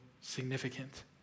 significant